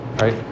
right